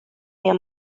near